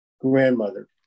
grandmother